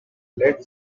led